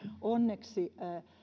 onneksi